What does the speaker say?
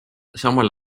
samal